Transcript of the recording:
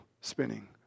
spinning